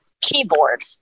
keyboard